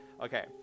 okay